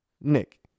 Nick